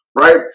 Right